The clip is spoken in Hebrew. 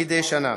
מדי שנה.